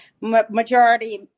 majority